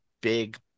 big